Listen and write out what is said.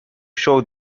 show